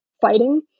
fighting